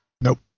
Nope